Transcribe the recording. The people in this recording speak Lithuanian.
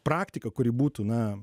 praktika kuri būtų na